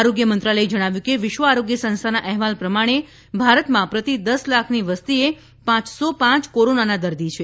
આરોગ્ય મંત્રાલયે જણાવ્યું કે વિશ્વ આરોગ્ય સંસ્થાના અહેવાલ પ્રમાણે ભારતમાં પ્રતિ દસ લાખની વસ્તીએ પાંચસો પાંચ કોરોનાના દર્દી છે